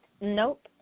nope